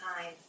time